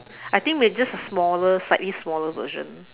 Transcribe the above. I think with just a smaller slightly smaller version